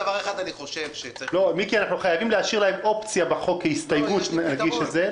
אנחנו חייבים להשאיר להם אופציה בחוק כהסתייגות כשנגיש את זה,